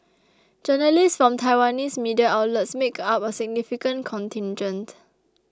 journalists from Taiwanese media outlets make up a significant contingent